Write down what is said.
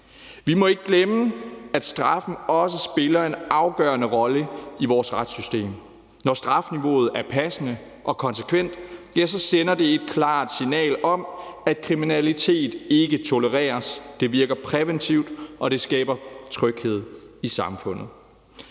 Vi må ikke glemme, at straffen også spiller en afgørende rolle i vores retssystem. Når strafniveauet er passende og konsekvent, sender det et klart signal om, at kriminalitet ikke tolereres. Det virker præventivt, og det skaber tryghed i samfundet.